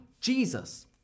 Jesus